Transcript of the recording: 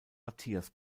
matthias